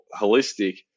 holistic